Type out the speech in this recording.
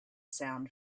sound